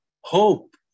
Hope